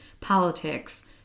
politics